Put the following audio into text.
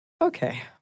Okay